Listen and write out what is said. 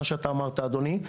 מה שאמרת אדוני,